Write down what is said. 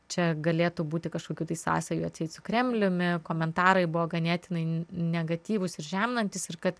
čia galėtų būti kažkokių tai sąsajų atseit su kremliumi komentarai buvo ganėtinai negatyvūs ir žeminantys ir kad